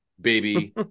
baby